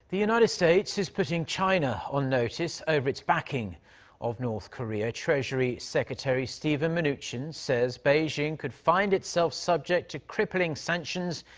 the united states is putting china on notice over its backing of north korea. treasury secretary steven mnuchin says beijing could find itself subject to crippling sanctions.